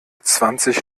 zwanzig